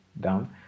down